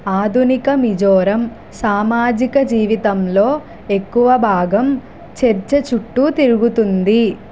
ఆధునిక మిజోరం సామాజిక జీవితంలో ఎక్కువ భాగం చర్చ చుట్టూ తిరుగుతుంది